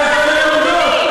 אבל שם הן לומדות.